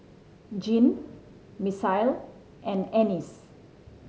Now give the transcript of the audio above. Jeane Misael and Ennis